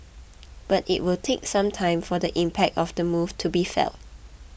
but it will take some time for the impact of the move to be felt